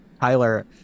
Tyler